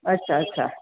અચ્છા અચ્છા